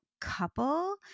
couple